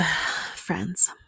friends